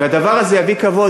הדבר הזה יביא כבוד